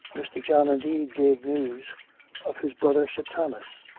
mr. john, indeed, gave news of his brother sir thomas,